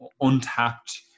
untapped